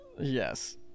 Yes